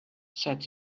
said